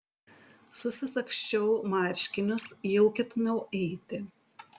susisagsčiau marškinius jau ketinau eiti